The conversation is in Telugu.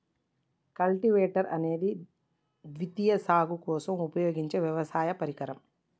కల్టివేటర్ అనేది ద్వితీయ సాగు కోసం ఉపయోగించే వ్యవసాయ పరికరం